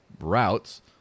routes